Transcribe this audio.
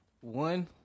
One-